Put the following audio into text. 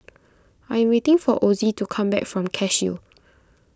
I am waiting for Ozie to come back from Cashew